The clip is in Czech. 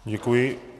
Děkuji.